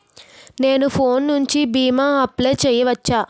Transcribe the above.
నేను ఫోన్ నుండి భీమా అప్లయ్ చేయవచ్చా?